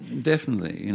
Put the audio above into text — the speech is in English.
definitely,